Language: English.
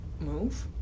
move